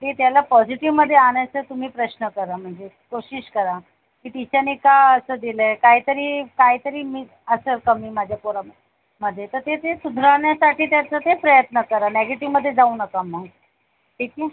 ते त्याला पॉजिटीवमध्ये आणायचा तुम्ही प्रश्न करा म्हणजे कोशिश करा की टीचरनी का असं दिलं आहे काय तरी काय तरी मिस असेल कमी माझ्या पोरामध्ये तर ती ते सुधरवण्यासाठी त्याचं ते प्रयत्न करा नेगेटिवमध्ये जाऊ नका मग ठीक आहे